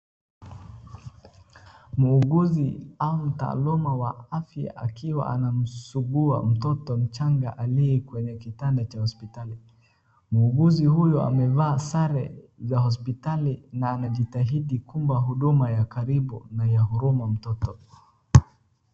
Muuguzi au mtaaluma wa afya akiwa anamsugua mtoto mchanga aliye kwenye kitanda cha hosiptali, muuguzi huyo amevaa sare za hosiptali na anajitahidi kumpa huduma ya karibu na ya huruma mtoto.